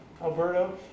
Alberto